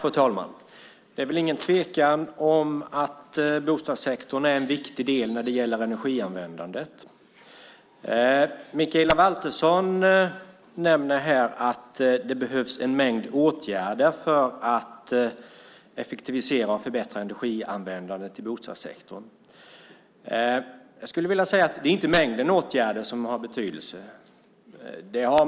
Fru talman! Det råder inget tvivel om att bostadssektorn är en viktig del av energianvändandet. Mikaela Valtersson nämner att det behövs en mängd åtgärder för att effektivisera och förbättra energianvändandet i bostadssektorn. Men det är inte mängden åtgärder som har betydelse.